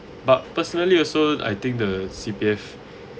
but personally also I think the C_P_F